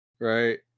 Right